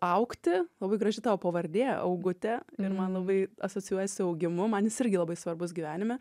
augti labai graži tavo pavardė augutė ir man labai asocijuojasi augimu man jis irgi labai svarbus gyvenime